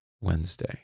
Wednesday